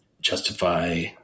justify